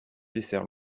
dessert